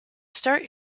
start